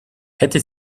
hätte